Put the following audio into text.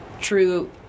true